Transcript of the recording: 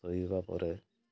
ଶୋଇବା ପରେ